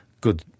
Good